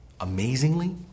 Amazingly